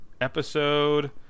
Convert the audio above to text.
episode